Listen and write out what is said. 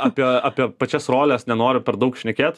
apie apie pačias roles nenoriu per daug šnekėt